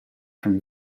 from